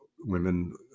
women